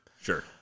Sure